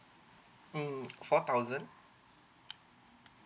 mm four thousand